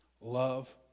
Love